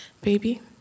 Baby